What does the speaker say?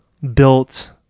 built